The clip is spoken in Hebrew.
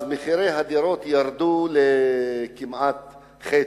מחירי הדירות ירדו לכמעט חצי,